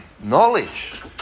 Knowledge